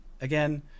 again